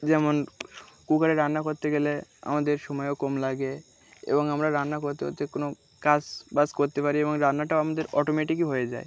যেমন কুকারে রান্না করতে গেলে আমাদের সময়ও কম লাগে এবং আমরা রান্না করতে হতেে কোনো কাজ বজ্জ করতে পারি এবং রান্নাটাও আমাদের অটোমেটিকই হয়ে যায়